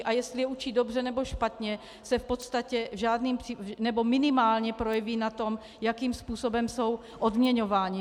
A jestli je učí dobře, nebo špatně, se v podstatě žádným nebo minimálně projeví na tom, jakým způsobem jsou odměňováni.